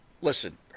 Listen